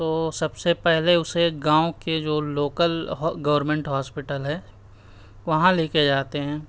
تو سب سے پہلے اسے گاؤں کے جو لوکل گورمنٹ ہوسپٹل ہے وہاں لے کے جاتے ہیں